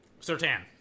Sertan